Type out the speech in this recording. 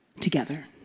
together